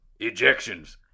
Ejections